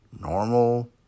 normal